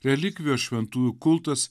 relikvijos šventųjų kultas